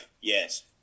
Yes